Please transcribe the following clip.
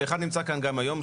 ואחד נמצא כאן גם היום,